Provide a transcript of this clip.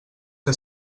que